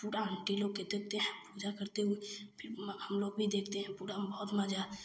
पूरा दीदी लोग के देखते हैं पूजा करते हुए फिर हम लोग भी देखते हैं पूरा बहुत मजा